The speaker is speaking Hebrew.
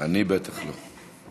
אני בטח לא.